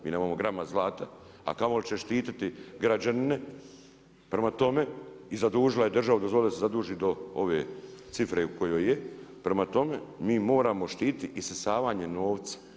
Mi nemamo ni grama zlata, a kamo li će štiti građanine prema tome i zadužila je državu, dozvoli da se zaduži do ove cifre u kojoj je, prema tome, mi moramo štiti isisavanje novca.